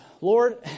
Lord